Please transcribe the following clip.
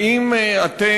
2. האם עצרתם,